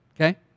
Okay